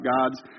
God's